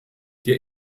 der